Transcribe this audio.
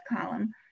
column